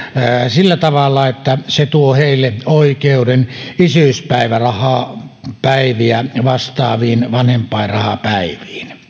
sillä tavalla että se tuo heille oikeuden isyyspäivärahapäiviä vastaaviin vanhempainrahapäiviin